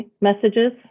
messages